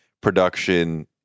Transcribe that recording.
production